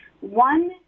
One